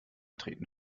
treten